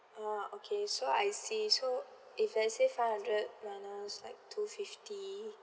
ah okay so I see so if let's say five hundred minus like two fifty